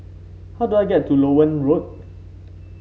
how do I get to Loewen Road